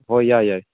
ꯍꯣꯏ ꯌꯥꯏ ꯌꯥꯏ